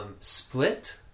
Split